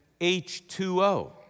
H2O